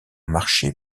marcher